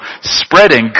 spreading